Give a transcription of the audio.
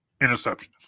interceptions